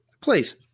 Please